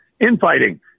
infighting